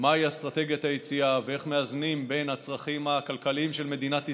מהי אסטרטגיית היציאה ואיך מאזנים בין הצרכים הכלכליים של מדינת ישראל,